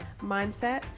mindset